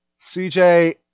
CJ